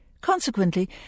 Consequently